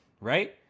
right